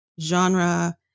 genre